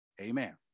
Amen